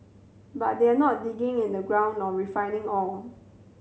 but they're not digging in the ground or refining ore